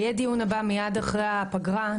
והדיון הבא יהיה מיד אחרי הפגרה,